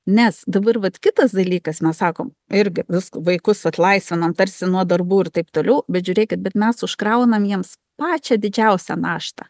nes dabar vat kitas dalykas mes sakom irgi visk vaikus atlaisvinam tarsi nuo darbų ir taip toliau bet žiūrėkit bet mes užkraunam jiems pačią didžiausią naštą